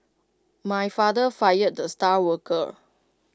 my father fired the star worker